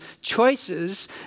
choices